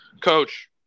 Coach